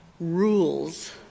Rules